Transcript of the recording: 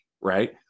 right